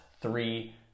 three